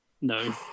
No